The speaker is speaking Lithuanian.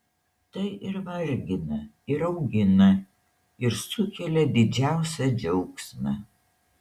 tai ir vargina ir augina ir sukelia didžiausią džiaugsmą